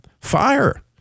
Fire